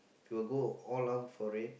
you will go all out for it